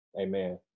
Amen